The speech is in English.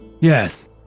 Yes